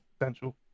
Potential